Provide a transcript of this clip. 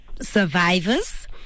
Survivors